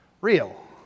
real